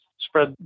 spread